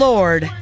Lord